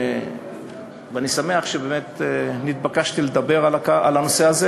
אני שמח באמת שנתבקשתי לדבר על הנושא הזה,